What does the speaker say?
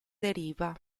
deriva